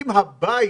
שאם הבית